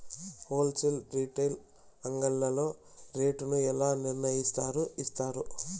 Whole sale retail అంగడ్లలో rate ను ఎలా నిర్ణయిస్తారు యిస్తారు?